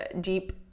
deep